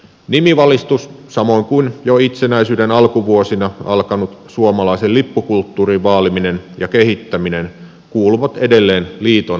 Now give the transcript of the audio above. nimivalistus samoin kuin jo itsenäisyyden alkuvuosina alkanut suomalaisen lippukulttuurin vaaliminen ja kehittäminen kuuluvat edelleen liiton perustoimintaan